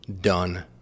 done